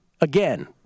Again